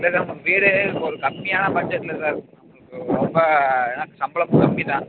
இல்லை சார் நமக்கு வீடு இப்போ ஒரு கம்மியான பட்ஜெட்ல சார் நம்மளுக்கு ரொம்ப எனக்கு சம்பளம் கம்மி தான்